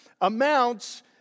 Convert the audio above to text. amounts